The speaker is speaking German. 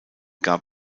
gab